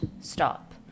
stop